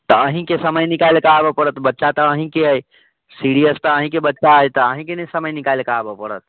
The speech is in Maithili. तऽ अहींके समय निकालिके आबऽ पड़त बच्चा तऽ अहींके अइ सिरियस तऽ अहींके बच्चा अइ तऽ अहींके ने समय निकालिके आबऽ पड़त